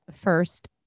first